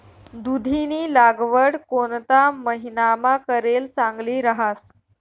दुधीनी लागवड कोणता महिनामा करेल चांगली रहास